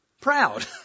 proud